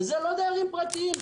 וזה לא דיירים פרטיים,